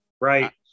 right